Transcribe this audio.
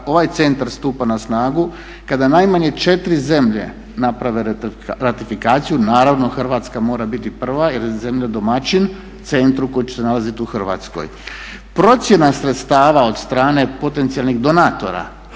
ovaj centar stupa na snagu kada najmanje 4 zemlje naprave ratifikaciju, naravno Hrvatska mora biti prva jer je zemlja domaćin centru koji će se nalaziti u Hrvatskoj. Procjena sredstava od strane potencijalnih donatora,